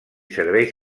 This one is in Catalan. serveis